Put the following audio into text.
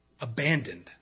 abandoned